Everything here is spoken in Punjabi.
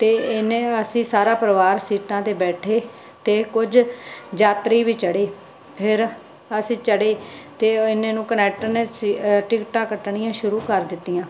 ਤੇ ਇਹਨੇ ਨੂੰ ਅਸੀਂ ਸਾਰਾ ਪਰਿਵਾਰ ਸੀਟਾਂ ਤੇ ਬੈਠੇ ਤੇ ਕੁਝ ਯਾਤਰੀ ਵੀ ਚੜ੍ਹੇ ਫੇਰ ਅਸੀਂ ਚੜ੍ਹੇ ਤੇ ਉਹ ਇਨੇ ਨੂੰ ਕਨੈਟਰ ਨੇ ਸੀ ਟਿਕਟਾਂ ਕੱਟਣੀਆਂ ਸ਼ੁਰੂ ਕਰ ਦਿੱਤੀਆਂ